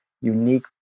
unique